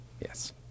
Yes